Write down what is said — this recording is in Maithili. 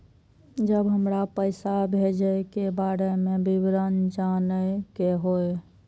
जब हमरा पैसा भेजय के बारे में विवरण जानय के होय?